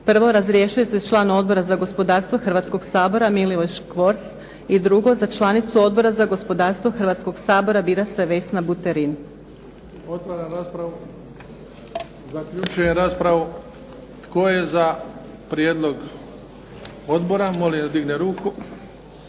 Prvo razrješuje se član Odbora za gospodarstvo hrvatskog Sabora Milivoj Škvorc i drugo za članicu Odbora za gospodarstvo hrvatskog Sabora bira se Vesna Buterin. **Bebić, Luka (HDZ)** Zaključujem raspravu. Tko je za prijedlog odbora? Molim da digne ruku.